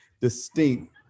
distinct